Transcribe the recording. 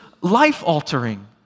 life-altering